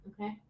Okay